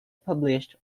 published